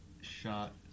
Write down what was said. shot